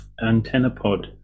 AntennaPod